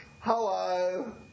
hello